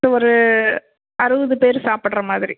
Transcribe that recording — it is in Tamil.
ஒரு அறுபது பேர் சாப்பிட்ற மாதிரி